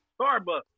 Starbucks